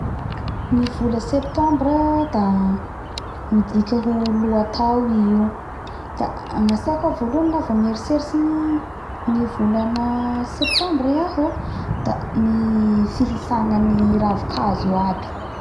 Ny vola Septembre da midika ho loa tao i io da gnatsaiko ao voalohany la vo mieritseritsy ny ny volana Septembre iaho o da ny fihitsagnany ny ravikazo aby